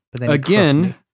Again